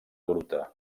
gruta